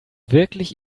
wirklich